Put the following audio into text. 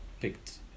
picked